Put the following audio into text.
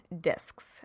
discs